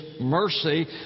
mercy